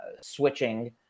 switching